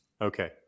Okay